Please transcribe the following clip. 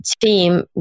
team